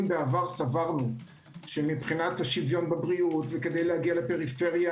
אם בעבר סברנו שמבחינת השוויון בבריאות וכדי להגיע לפריפריה,